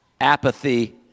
apathy